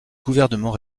gouvernement